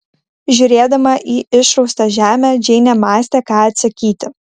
žiūrėdama į išraustą žemę džeinė mąstė ką atsakyti